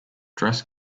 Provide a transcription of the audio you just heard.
dress